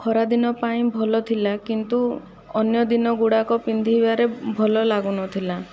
ଖରା ଦିନ ପାଇଁ ଭଲ ଥିଲା କିନ୍ତୁ ଅନ୍ୟ ଦିନ ଗୁଡ଼ାକ ପିନ୍ଧିବାରେ ଭଲ ଲାଗୁନଥିଲା